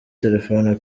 telephone